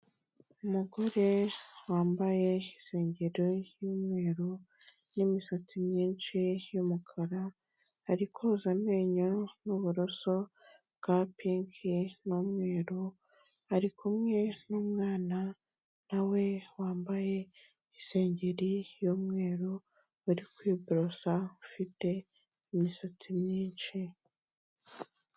Umugore wambaye isengeri y'umweru n'imisatsi myinshi y'umukara, ari koza amenyo n'uburoso bwa pinki n'umweru, ari kumwe n'umwana na we wambaye isengeri y'umweru, uri kwiborosa, ufite imisatsi myinshi.